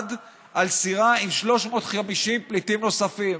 ושרד על סירה עם 350 פליטים נוספים.